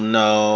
no